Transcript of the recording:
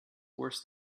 worse